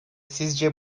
sizce